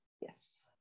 yes